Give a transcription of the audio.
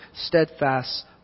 steadfast